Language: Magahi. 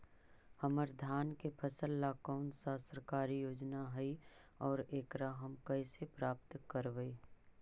हमर धान के फ़सल ला कौन सा सरकारी योजना हई और एकरा हम कैसे प्राप्त करबई?